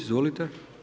Izvolite.